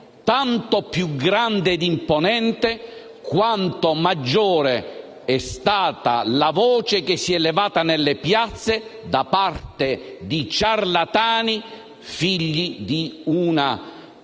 tanto più grande e imponente quanto maggiore è stata la voce che si è levata nelle piazze da parte di ciarlatani, figli di una teoria